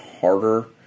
harder